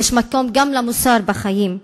יש מקום גם למוסר בחיים.